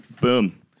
Boom